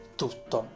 tutto